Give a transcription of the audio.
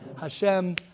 Hashem